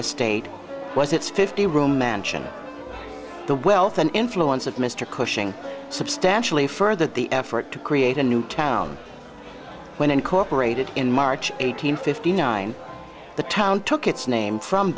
estate was its fifty room mansion the wealth and influence of mr cushing substantially further the effort to create a new town when incorporated in march eight hundred fifty nine the town took its name from